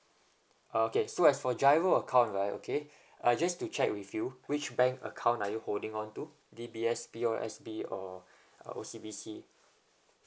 okay so as for G_I_R_O account right okay uh just to check with you which bank account are you holding on to D_B_S P_U_S_B or O_C_B_C